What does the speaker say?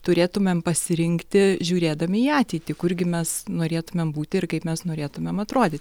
turėtumėm pasirinkti žiūrėdami į ateitį kurgi mes norėtumėm būti ir kaip mes norėtumėm atrody